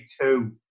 two